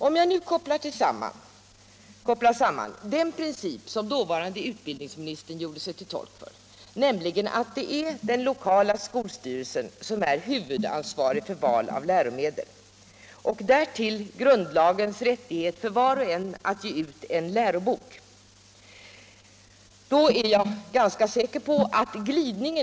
Om jag nu kopplar samman den princip som dåvarande utbildningsministern gjorde sig till tolk för, nämligen att det är den lokala skolstyrelsen som är huvudansvarig för val av läromedel, med grundlagens krav på rättighet för var och en att ge ut en lärobok, framkommer en tydlig glidning.